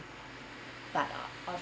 but of co~